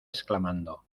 exclamando